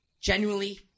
Genuinely